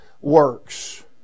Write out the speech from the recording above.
works